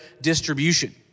distribution